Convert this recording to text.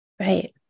Right